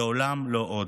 לעולם לא עוד.